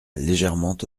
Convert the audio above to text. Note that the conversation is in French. légèrement